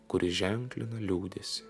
kuri ženklina liūdesį